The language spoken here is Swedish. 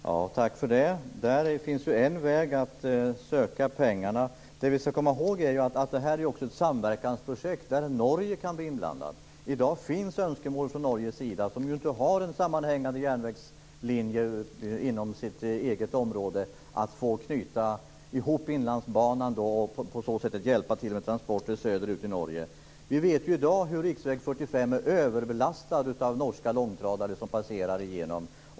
Herr talman! Tack för det. Där finns en väg att söka pengar. Men vi skall komma i håg att det här också är ett samverkansprojekt där Norge kan bli inblandat. I dag finns önskemål från Norge, som inte har en sammanhängande järnvägslinje inom sitt eget område, att få knyta ihop till Inlandsbanan och på så sätt underlätta transporter söderut i Norge. Vi vet hur riksväg 45 i dag är överbelastad av norska långtradare.